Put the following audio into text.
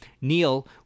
Neil